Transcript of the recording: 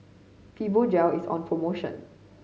fibogel is on promotion